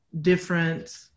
different